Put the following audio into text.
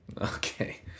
Okay